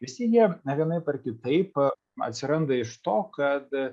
visi jie vienaip ar kitaip atsiranda iš to kad